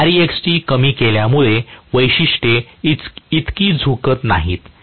मी Rext कमी केल्यामुळे वैशिष्ट्ये इतकी झुकत नाहीत